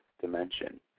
dimension